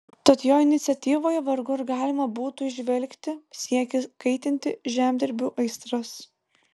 tad jo iniciatyvoje vargu ar galima būtų įžvelgti siekį kaitinti žemdirbių aistras